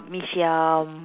Mee Siam